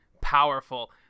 powerful